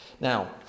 Now